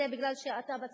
זה כי אתה פציפיסט,